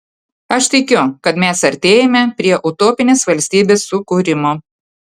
aš tikiu kad mes artėjame prie utopinės valstybės sukūrimo